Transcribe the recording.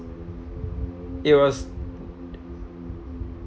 it was